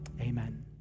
amen